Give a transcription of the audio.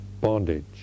bondage